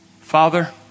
Father